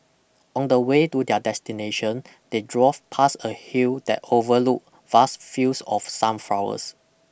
On the way to their destination they drove past a hill that overlooked vast fields of sunflowers